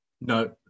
No